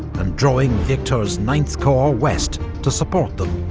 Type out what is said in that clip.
and drawing victor's ninth corps west to support them.